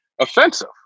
offensive